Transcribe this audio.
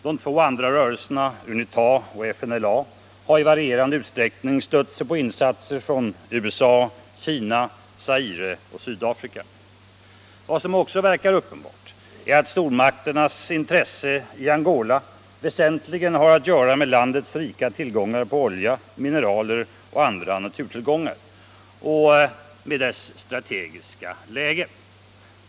De två andra rörelserna, UNITA och FNLA, har i varierande utsträckning stött sig på insatser från USA, Kina, Zaire och Sydafrika. Vad som vidare verkar uppenbart är att stormakternas intressen i Angola väsentligen har att göra med landets rika tillgångar på olja, mineraler och andra naturtillgångar och med dess strategiska läge.